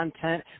content